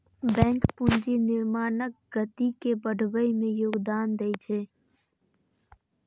bank पूंजी निर्माणक गति के बढ़बै मे योगदान दै छै